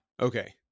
okay